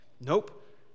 Nope